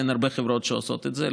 אין הרבה חברות שעושות את זה.